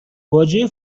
باجه